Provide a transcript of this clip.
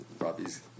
Robbie's